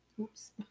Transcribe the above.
Oops